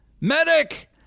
Medic